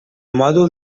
mòdul